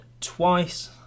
twice